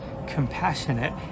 compassionate